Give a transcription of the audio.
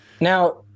now